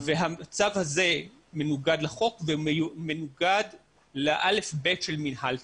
המצב הזה מנוגד לחוק ומנוגד ל-א'-ב' של מינהל תקין.